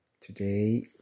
Today